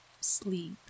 sleep